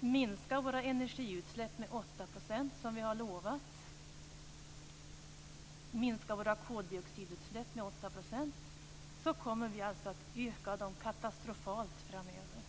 minska våra energiutsläpp och koldioxidutsläpp med 8 %, som vi har lovat, kommer vi alltså att öka dem katastrofalt framöver.